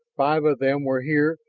five of them were here,